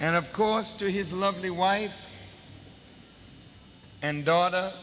and of course to his lovely wife and daughter